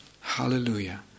Hallelujah